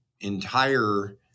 entire